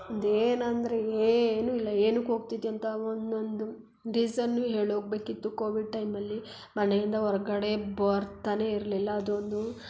ಒಂದು ಏನು ಅಂದರೆ ಏನೂ ಇಲ್ಲ ಏನುಕ್ಕೆ ಹೋಗ್ತಿದೀಯಂತ ಒಂದೊಂದು ರೀಸನ್ನೂ ಹೇಳಿ ಹೋಗ್ಬೇಕಿತ್ತು ಕೋವಿಡ್ ಟೈಮಲ್ಲಿ ಮನೆಯಿಂದ ಹೊರ್ಗಡೆ ಬರ್ತಾನೇ ಇರಲಿಲ್ಲ ಅದೊಂದು